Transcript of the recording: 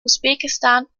usbekistan